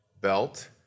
belt